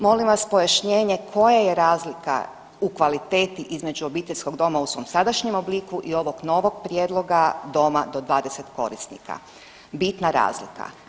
Molim vas pojašnjenje koja je razlika u kvaliteti između obiteljskog doma u svom sadašnjem obliku i ovog novog prijedloga doma do 20 korisnika, bitna razlika.